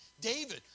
David